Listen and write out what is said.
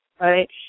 right